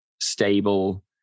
stable